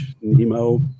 nemo